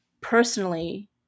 personally